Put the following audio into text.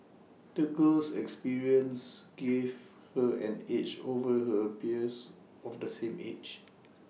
the girl's experiences gave her an edge over her peers of the same age